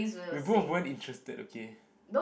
we both weren't interested okay